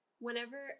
Whenever